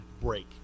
break